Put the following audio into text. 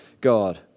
God